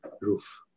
roof